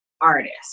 artist